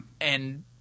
And-